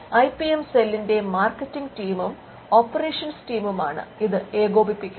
I P M സെല്ലിന്റെ marketing ടീമും operations ടീമുമാണ് ഇത് ഏകോപിപ്പിക്കുന്നത്